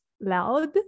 loud